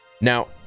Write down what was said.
now